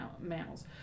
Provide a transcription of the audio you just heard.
mammals